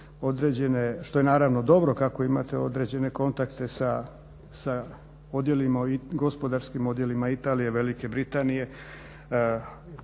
što je naravno dobro kako imate određene kontakte sa odjelima, gospodarskim odjelima Italije, Velike Britanije,